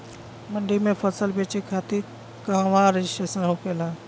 मंडी में फसल बेचे खातिर कहवा रजिस्ट्रेशन होखेला?